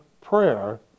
prayer